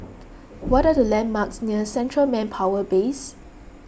what are the landmarks near Central Manpower Base